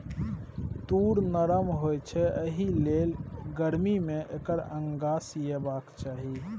तूर नरम होए छै एहिलेल गरमी मे एकर अंगा सिएबाक चाही